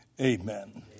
Amen